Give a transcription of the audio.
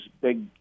big